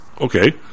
Okay